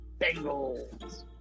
Bengals